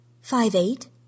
Five-eight